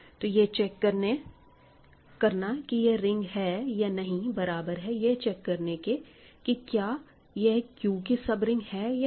तो यह चेक करना कि यह रिंग है या नहीं बराबर है यह चेक करने के कि क्या यह Q की सब रिंग है या नहीं